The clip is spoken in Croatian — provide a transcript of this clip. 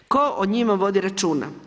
Tko o njima vodi računa?